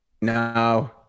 No